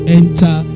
enter